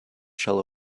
shell